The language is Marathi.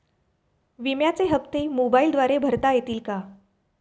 विम्याचे हप्ते मोबाइलद्वारे भरता येतील का?